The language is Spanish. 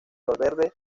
valverde